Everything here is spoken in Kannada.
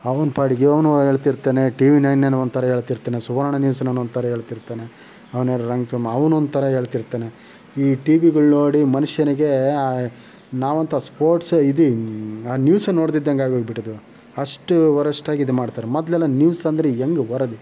ಅವ್ನ ಪಾಡಿಗೆ ಇವನು ಹೇಳ್ತಿರ್ತಾನೆ ಟಿವಿ ನೈನನ ಏನೋ ಒಂಥರ ಹೇಳ್ತಿರ್ತಾನೆ ಸುವರ್ಣ ನ್ಯೂಸ್ನವ್ನು ಒಂಥರ ಹೇಳ್ತಿರ್ತಾನೆ ಅವ್ನು ರಂಗಸ್ವಾಮ್ ಅವ್ನು ಒಂಥರ ಹೇಳ್ತಿರ್ತಾನೆ ಈ ಟಿವಿಗಳು ನೋಡಿ ಮನುಷ್ಯನಿಗೆ ಆ ನಾವಂತೂ ಆ ಸ್ಪೋರ್ಟ್ಸ್ ಇದು ಆ ನ್ಯೂಸ್ ನೋಡ್ಡಿದ್ದಂಗೆ ಆಗ್ಬಿಟೈತೆ ಅಷ್ಟು ವರಷ್ಟ್ ಆಗಿ ಇದು ಮಾಡ್ತಾರೆ ಮೊದಲೆಲ್ಲಾ ನ್ಯೂಸ್ ಅಂದ್ರೆ ಹೆಂಗೆ ವರದಿ